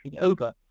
over